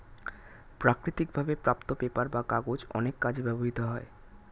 প্রাকৃতিক ভাবে প্রাপ্ত পেপার বা কাগজ অনেক কাজে ব্যবহৃত হয়